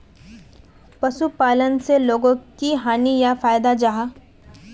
पशुपालन से लोगोक की हानि या फायदा जाहा?